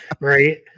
Right